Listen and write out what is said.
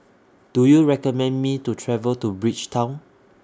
Do YOU recommend Me to travel to Bridgetown